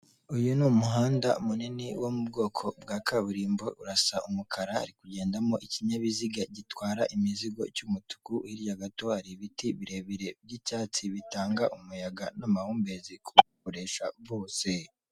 Uyu ni umuhanda munini wo mu bwoko bwa kaburimbo urasa umukara hari kugendamo ikinyabiziga gitwara imizigo cy'umutuku hirya gato hari ibiti birebire by'icyatsi bitanga umuyaga n'amahumbezi ku bawukoresha bose.